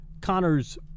connor's